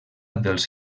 dels